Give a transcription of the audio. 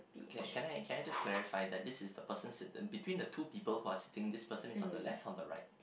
okay can I can I just clarify that this is the person sit~ between the two people who are sitting this person is on the left or the right